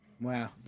Wow